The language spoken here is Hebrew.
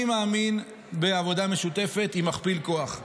אני מאמין בעבודה משותפת, היא מכפיל כוח.